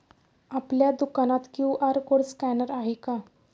आपल्या दुकानात QR code scanner आहे का?